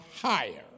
higher